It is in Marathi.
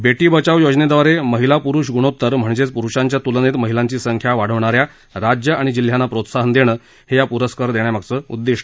बेटी बचाओ योजनेद्वारे महिला पुरुष गुणोतर म्हणजेच पुरुषांच्या तुलनेत महिलांची संख्या वाढवणाऱ्या राज्य आणि जिल्ह्यांना प्रोत्साहन देणं हे या पुरस्कार देण्यामागचं उद्दीष्टं आहे